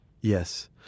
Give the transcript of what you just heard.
Yes